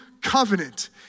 covenant